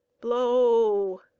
BLOW